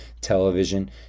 television